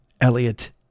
Elliot